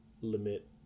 limit